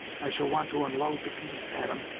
i shall want to unload the piece at em,